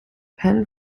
penn